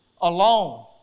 alone